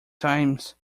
times